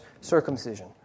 circumcision